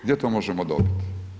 Gdje to možemo dobiti?